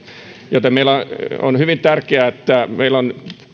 joten on hyvin tärkeää että meillä on